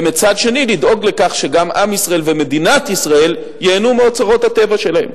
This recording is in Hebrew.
ומצד שני לדאוג לכך שגם עם ישראל ומדינת ישראל ייהנו מאוצרות הטבע שלהם.